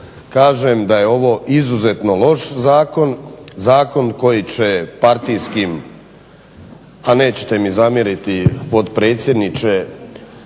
kažem da je ovo izuzetno loš zakon, zakon koji će partijskim a nećete mi zamjeriti potpredsjedniče